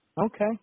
Okay